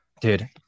Dude